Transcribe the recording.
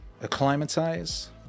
acclimatize